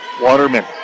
Waterman